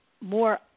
more